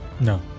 No